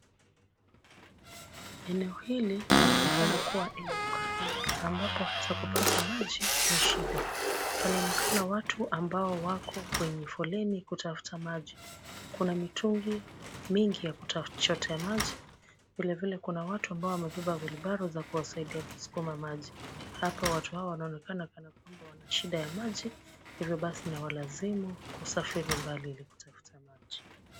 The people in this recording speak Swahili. Eneo hili linaonekana kuwa eneo kame ambapo hata kupata maji ni shida. Panaonekana watu ambao wako kwenye foleni kutafuta maji. Kuna mitungi mingi ya kuchotea maji, vilevile kuna watu ambao wamebeba wheelbarrow za kuwasaidia kuskuma maji. Hapa watu hawa wanaonekana kana kwamba wana shida ya maji hivyo basi inawalazimu kusafiri mbali ili kutafuta maji.